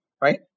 right